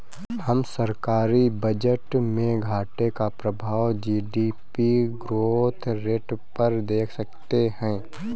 हम सरकारी बजट में घाटे का प्रभाव जी.डी.पी ग्रोथ रेट पर देख सकते हैं